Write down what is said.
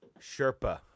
Sherpa